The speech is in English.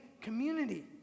community